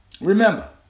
remember